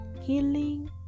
healing